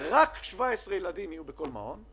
רק 17 ילדים יהיו בכל מעון.